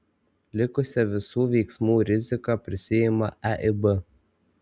likusią visų veiksmų riziką prisiima eib